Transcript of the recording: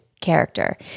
character